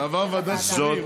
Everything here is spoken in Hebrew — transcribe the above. זה עבר ועדת שרים.